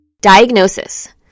Diagnosis